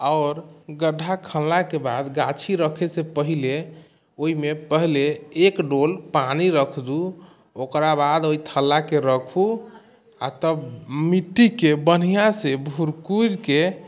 आओर गड्ढा खोनलाके बाद गाछी रखे से पहिले ओहिमे पहिले एक डोल पानी रख दू ओकरा बाद ओहि ठल्लाके रखू आ तब मिट्टीके बढ़िआँ से भूरकूरिके